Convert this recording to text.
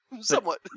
Somewhat